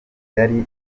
yari